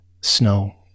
Snow